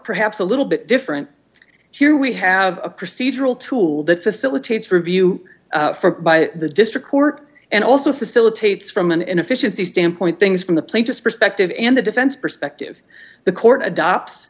perhaps a little bit different here we have a procedural tool that facilitates review by the district court and also facilitates from an efficiency standpoint things from the plaintiff's perspective and the defense perspective the court adopt